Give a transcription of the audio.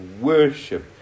worship